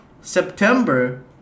September